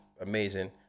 amazing